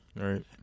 right